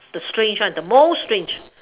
the strange one the most strange